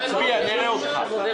נראה אותך.